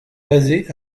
basé